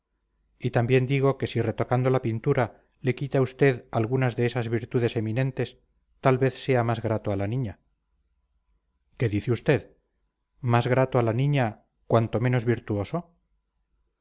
y también digo que si retocando la pintura le quita usted algunas de esas virtudes eminentes tal vez sea más grato a la niña qué dice usted más grato a la niña cuanto menos virtuoso